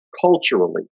culturally